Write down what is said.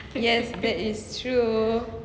yes that is true